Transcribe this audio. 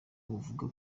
buvuga